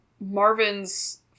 Marvin's